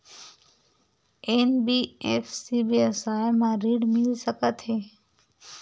NBFC व्यवसाय मा ऋण मिल सकत हे